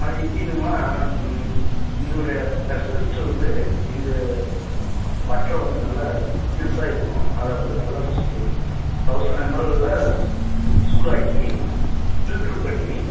அது எப்படின்னுங்களா இதோடைய பெசலிஸ்ட் வந்து இந்த பட்ரை வந்து நல்லா திக்னெஸ்ஸாக இருக்கும் அதை வந்து நல்லா சூ தௌசண்ட் எம்எல்லில் சூடாக்கி ஃபில்ட்ரு பண்ணி